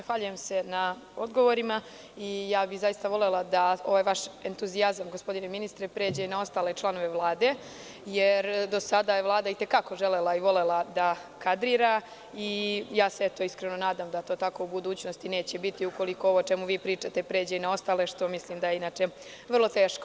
Zahvaljujem se na odgovorima i zaista bih volela da ovaj vaš entuzijazam, gospodine ministre, pređe i na ostale članove Vlade, jer do sada je Vlada i te kako želela i volela da kadrira i ja se iskreno nadam da to tako u budućnosti neće biti, ukoliko ovo o čemu vi pričate pređe i na ostale, što mislim da je inače vrlo teško.